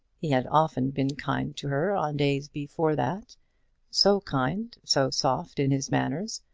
he had often been kind to her on days before that so kind, so soft in his manners,